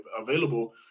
available